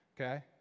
okay